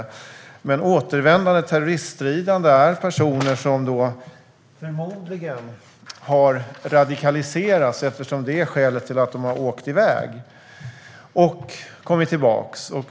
Återvändande terroriststridande är personer som förmodligen har radikaliserats, eftersom det är skälet till att de har åkt iväg och kommit tillbaka.